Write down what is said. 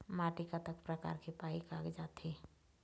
माटी कतक प्रकार के पाये कागजात हे?